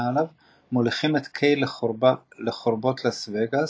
עליו מוליכים את קיי לחורבות לאס וגאס,